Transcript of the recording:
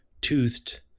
toothed